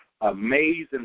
amazing